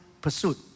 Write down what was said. pursuit